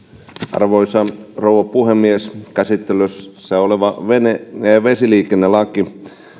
arvoisa rouva puhemies käsittelyssä oleva vesiliikennelaki